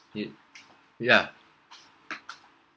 yeah